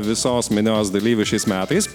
visos minios dalyvių šiais metais